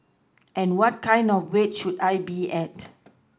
and what kind of weight should I be at